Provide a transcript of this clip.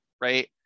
right